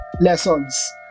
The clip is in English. lessons